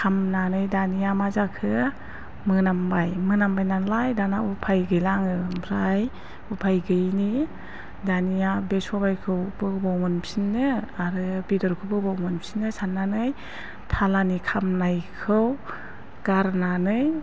खामनानै दानिया मा जाखो मोनामबाय मोनामबाय नालाय दाना उफाय गैला आङो ओमफ्राय उफाय गैयिनि दानिया बे सबाइखौ बबेयाव मोनफिननो आरो बेदरखौ बबेयाव मोनफिननो साननानै थालानि खामनायखौ गारनानै